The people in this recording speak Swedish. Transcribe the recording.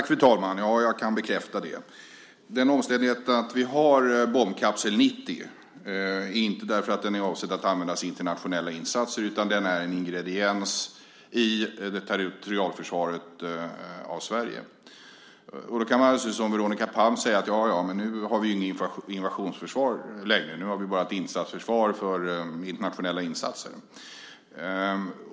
Fru talman! Ja, jag kan bekräfta det. Den omständigheten att vi har bombkapsel 90 beror inte på att den är avsedd att användas i internationella insatser, utan den är en ingrediens i territorialförsvaret av Sverige. Då kan man naturligtvis som Veronica Palm säga att vi inte har något invasionsförsvar längre - nu har vi bara ett insatsförsvar för internationella insatser.